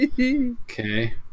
Okay